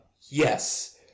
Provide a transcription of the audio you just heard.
Yes